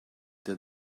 did